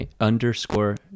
underscore